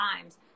times